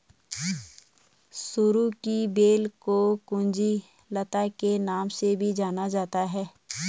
सरू की बेल को कुंज लता के नाम से भी जाना जाता है